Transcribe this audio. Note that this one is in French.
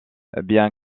bien